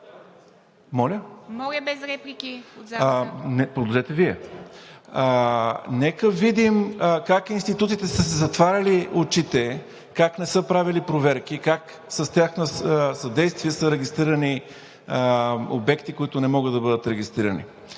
залата! ХРИСТО ИВАНОВ: Погледнете Вие. Нека видим как институциите са си затваряли очите, как не са правили проверки, как с тяхно съдействие са регистрирани обекти, които не могат да бъдат регистрирани!